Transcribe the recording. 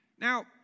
Now